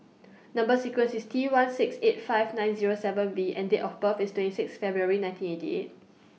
Number sequence IS T one six eight five nine Zero seven V and Date of birth IS twenty six February nineteen eighty eight